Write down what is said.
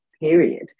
period